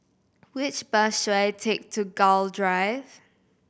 which bus should I take to Gul Drive